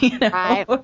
Right